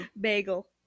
Bagel